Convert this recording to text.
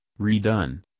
redone